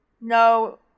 No